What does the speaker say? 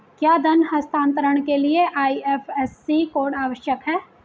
क्या धन हस्तांतरण के लिए आई.एफ.एस.सी कोड आवश्यक है?